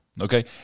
Okay